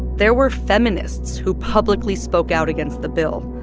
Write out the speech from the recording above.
there were feminists who publicly spoke out against the bill,